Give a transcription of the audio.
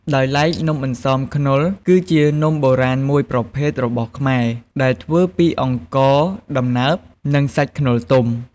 ដោយឡែកនំអន្សមខ្នុរ គឺជានំបុរាណមួយប្រភេទរបស់ខ្មែរ ដែលធ្វើពីអង្ករដំណើបនិងសាច់ខ្នុរទុំ។